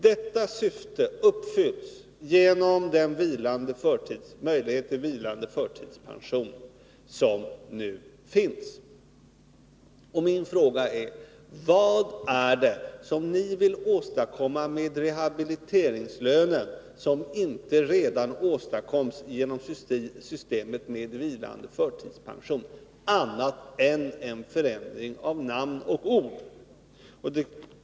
Detta syfte uppfylls genom den möjlighet till vilande förtidspension som nu finns. Min fråga är: Vad är det som ni vill åstadkomma med rehabiliteringslönen som inte redan åstadkoms genom systemet med vilande förtidspension, annat än en förändring av namn och beteckning?